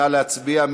נא להצביע.